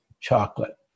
chocolate